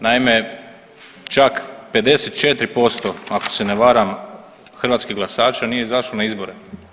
Naime, čak 54% ako se ne varam hrvatskih glasača nije izašlo na izbore.